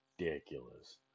ridiculous